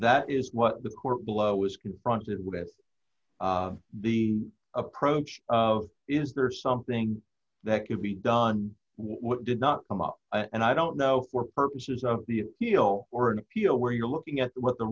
that is what the court below was confronted with the approach is there something that could be done what did not come up and i don't know for purposes of the appeal or an appeal where you're looking at what the